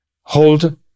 hold